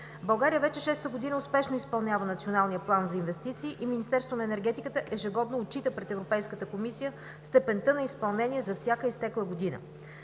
България вече шеста година успешно изпълнява Националния план за инвестиции и Министерството на Енергетиката ежегодно отчита пред Европейската комисия степента на изпълнение за всяка изтекла година.